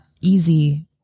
easy